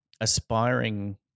aspiring